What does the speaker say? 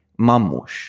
Mamush